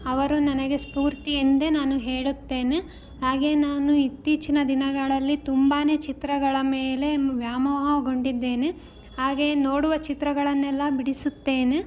ಅವರು ನನಗೆ ಸ್ಪೂರ್ತಿ ಎಂದೇ ನಾನು ಹೇಳುತ್ತೇನೆ ಹಾಗೆಯೇ ನಾನು ಇತ್ತೀಚಿನ ದಿನಗಳಲ್ಲಿ ತುಂಬಾ ಚಿತ್ರಗಳ ಮೇಲೆ ವ್ಯಾಮೋಹಗೊಂಡಿದ್ದೇನೆ ಹಾಗೆಯೇ ನೋಡುವ ಚಿತ್ರಗಳನ್ನೆಲ್ಲ ಬಿಡಿಸುತ್ತೇನೆ